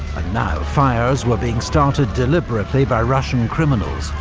and now fires were being started deliberately by russian criminals,